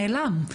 נעלם,